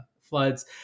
floods